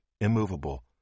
immovable